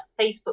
Facebook